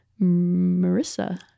marissa